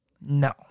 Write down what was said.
No